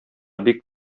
бик